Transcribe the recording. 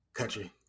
country